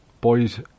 boys